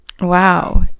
Wow